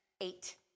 eight